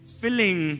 filling